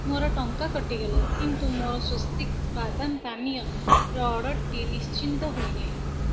ମୋର ଟଙ୍କା କଟିଗଲା କିନ୍ତୁ ମୋର ସ୍ଵସ୍ତିକ୍ସ୍ ବାଦାମ ପାନୀୟର ଅର୍ଡ଼ର୍ଟି ନିଶ୍ଚିତ ହୋଇନାହିଁ